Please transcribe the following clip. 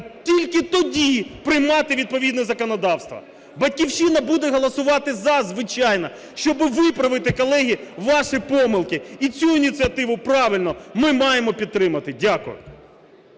тільки тоді приймати відповідне законодавство. "Батьківщина" буде голосувати "за", звичайно, щоби виправити, колеги, ваші помилки і цю ініціативу правильну ми маємо підтримати. Дякую.